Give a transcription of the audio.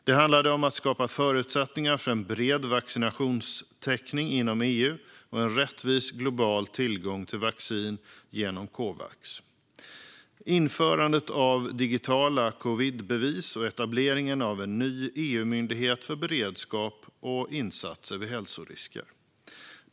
Det handlade om att skapa förutsättningar för en bred vaccinationstäckning inom EU och en rättvis global tillgång till vaccin genom Covax, införandet av digitala covidbevis och etableringen av en ny EU-myndighet för beredskap och insatser vid hälsokriser.